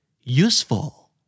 Useful